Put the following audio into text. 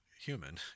human